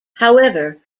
however